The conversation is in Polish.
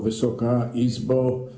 Wysoka Izbo!